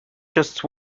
just